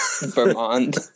Vermont